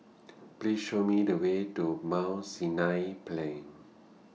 Please Show Me The Way to Mount Sinai Plain